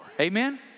Amen